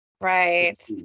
Right